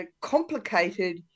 complicated